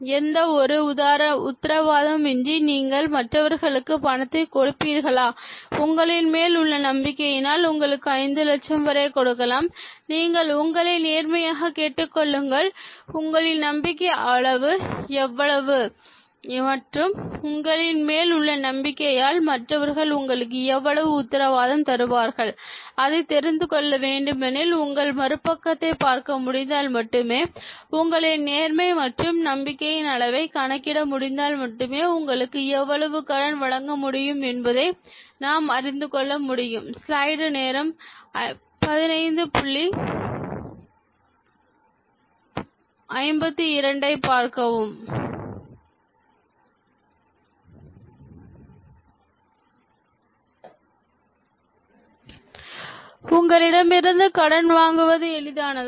எந்த ஒரு உத்தரவாதம் இன்றி நீங்கள் மற்றவர்களுக்கு பணத்தை கொடுப்பீர்களா உங்களின் மேல் உள்ள நம்பிக்கையினால் உங்களுக்கு 5 லட்சம் வரை கொடுக்கலாம் நீங்கள் உங்களை நேர்மையாக கேட்டுக்கொள்ளுங்கள் உங்களின் நம்பிக்கை அளவு எவ்வளவு மற்றும் உங்களின் மேல் உள்ள நம்பிக்கையால் மற்றவர்கள் உங்களுக்கு எவ்வளவு உத்தரவாதம் தருவார்கள் அதை தெரிந்து கொள்ள வேண்டுமெனில் உங்கள் மறுபக்கத்தை பார்க்க முடிந்தால் மட்டுமே உங்களின் நேர்மை மற்றும் நம்பிக்கையின் அளவை கணக்கிட முடிந்தால் மட்டுமே உங்களுக்கு எவ்வளவு கடன் வழங்க முடியும் என்பதை நாம் அறிந்து கொள்ள முடியும் உங்களிடமிருந்து கடன் வாங்குவது எளிதானதா